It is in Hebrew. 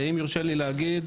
ואם יורשה לי להגיד,